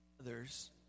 others